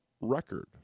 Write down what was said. record